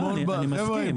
חבר'ה,